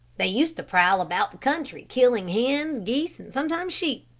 they used to prowl about the country killing hens, geese, and sometimes sheep.